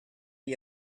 gli